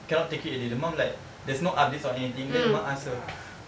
cannot take it already the mum like there's no updates or anything then the mak ask her